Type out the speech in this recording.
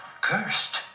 Cursed